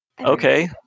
okay